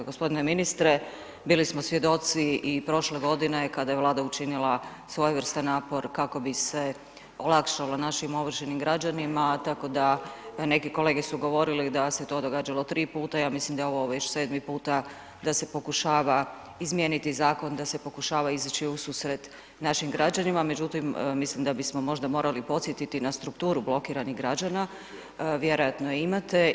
Gospodine ministre bili smo svjedoci i prošle godine kada je Vlada učinila svojevrstan napor kako bi se olakšalo našim ovršenim građanima, tako da neki kolege su govorili da se to događalo 3 puta, ja mislim da je ovo već 7 puta da se pokušava izmijeniti zakon, da se pokušava izići u susret našim građanima, međutim mislim da bismo možda morali podsjetiti na strukturu blokiranih građana, vjerojatno je imate.